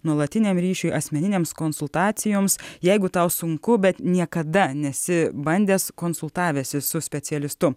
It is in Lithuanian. nuolatiniam ryšiui asmeninėms konsultacijoms jeigu tau sunku bet niekada nesi bandęs konsultavęsis su specialistu